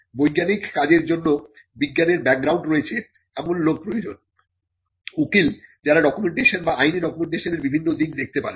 বৈজ্ঞানিক কাজের জন্য বিজ্ঞানের ব্যাকগ্রাউন্ড রয়েছে এমন লোক প্রয়োজন উকিল যারা ডকুমেন্টেশন বা আইনি ডকুমেন্টেশনের বিভিন্ন দিক দেখতে পারেন